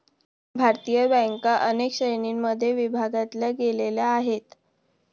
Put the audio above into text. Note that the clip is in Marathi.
भारतीय बँका अनेक श्रेणींमध्ये विभागल्या गेलेल्या आहेत